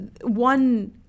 one